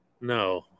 No